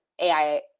AI